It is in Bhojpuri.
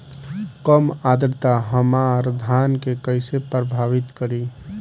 कम आद्रता हमार धान के कइसे प्रभावित करी?